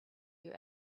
you